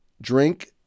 Drink